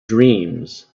dreams